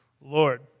Lord